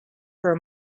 for